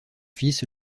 fils